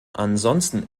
ansonsten